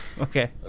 Okay